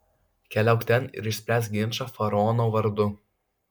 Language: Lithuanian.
keliauk ten ir išspręsk ginčą faraono vardu